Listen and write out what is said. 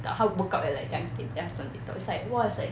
他 book out at like 两点 then 他三点到 it's like !wah! it's like